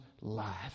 life